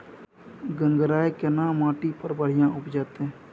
गंगराय केना माटी पर बढ़िया उपजते?